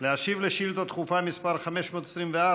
להשיב על שאילתה דחופה מס' 524,